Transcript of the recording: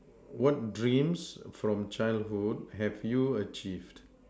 what dreams from childhood have you achieve